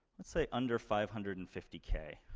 let's say, under five hundred and fifty k.